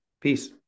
Peace